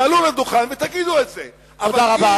תעלו לדוכן ותגידו את זה, אבל, תודה רבה.